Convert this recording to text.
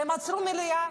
והם עצרו את המליאה.